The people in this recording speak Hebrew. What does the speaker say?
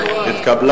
התקבל